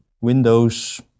windows